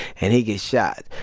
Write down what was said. and he gets shot.